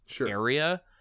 area